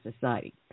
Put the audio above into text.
society